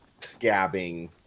scabbing